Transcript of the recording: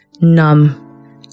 numb